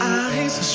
eyes